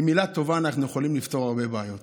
עם מילה טובה אנחנו יכולים לפתור הרבה בעיות.